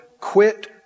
Quit